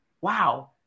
wow